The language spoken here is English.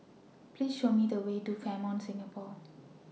Please Show Me The Way to Fairmont Singapore